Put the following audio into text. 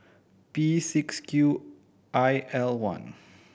P six Q I L one